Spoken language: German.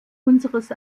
unseres